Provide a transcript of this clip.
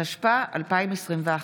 התשפ"א 2021,